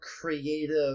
creative